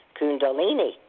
kundalini